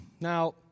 Now